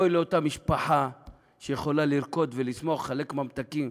אוי לאותה משפחה שיכולה לרקוד ולשמוח ולחלק ממתקים